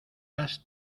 has